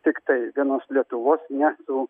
tiktai vienos lietuvos miestų